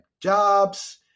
jobs